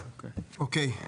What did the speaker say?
אוקיי.